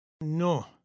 No